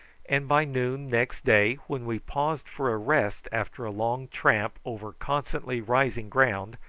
and by noon next day, when we paused for a rest after a long tramp over constantly-rising ground,